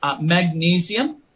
magnesium